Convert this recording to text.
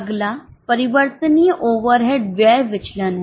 अगला परिवर्तनीय ओवरहेड व्यय विचलन है